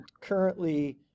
currently